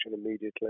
immediately